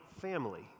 Family